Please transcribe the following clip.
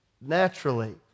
naturally